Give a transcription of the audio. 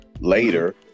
later